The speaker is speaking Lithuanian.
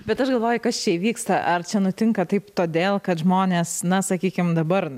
bet aš galvoju kas čia įvyksta ar čia nutinka taip todėl kad žmonės na sakykim dabar